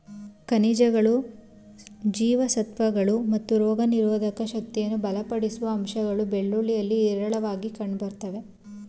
ಖನಿಜಗಳು ಜೀವಸತ್ವಗಳು ಮತ್ತು ರೋಗನಿರೋಧಕ ಶಕ್ತಿಯನ್ನು ಬಲಪಡಿಸುವ ಅಂಶಗಳು ಬೆಳ್ಳುಳ್ಳಿಯಲ್ಲಿ ಹೇರಳವಾಗಿ ಕಂಡುಬರ್ತವೆ